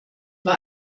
war